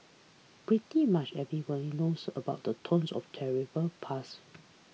pretty much everyone knows about the tonnes of terrible pass